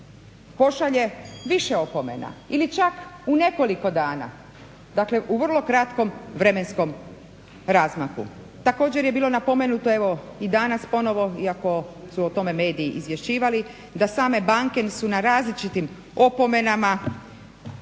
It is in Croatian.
pošalje više opomena ili čak u nekoliko dana. Dakle, u vrlo kratkom vremenskom razmaku. Također je bilo napomenuto evo i danas ponovo iako su o tome mediji izvješćivali, da same banke su na različitim opomenama